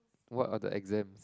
what are the exam